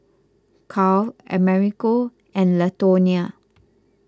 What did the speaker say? Karl Americo and Latonya